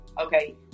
Okay